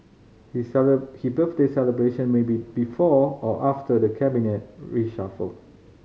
he he birthday celebration may be before or after the Cabinet reshuffle